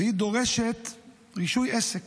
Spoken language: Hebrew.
והיא דורשת רישוי עסק.